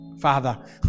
Father